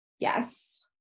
Yes